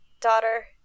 daughter